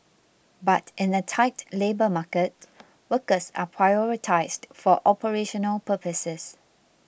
but in a tight labour market workers are prioritised for operational purposes